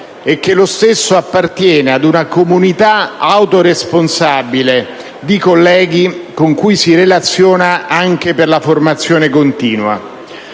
e che lo stesso appartiene a una comunità autoresponsabile di colleghi, con cui si relaziona anche per la formazione continua.